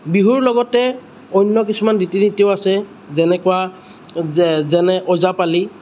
বিহুৰ লগতে অন্য কিছুমান ৰীতি নীতিও আছে যেনেকুৱা যে যেনে ওজাপালি